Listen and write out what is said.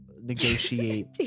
negotiate